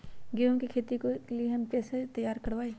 गेंहू की खेती के लिए हम मिट्टी के कैसे तैयार करवाई?